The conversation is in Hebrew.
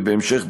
ובהמשך,